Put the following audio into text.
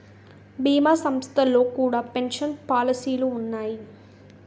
భీమా సంస్థల్లో కూడా పెన్షన్ పాలసీలు ఉన్నాయి